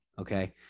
Okay